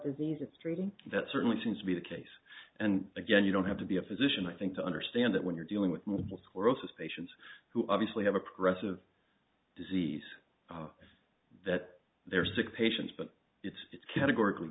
is treating that certainly seems to be the case and again you don't have to be a physician i think to understand that when you're dealing with multiple sclerosis patients who obviously have oppressive disease that they're sick patients but it's categor